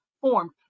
formed